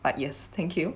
but yes thank you